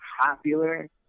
popular